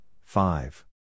five